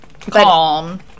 calm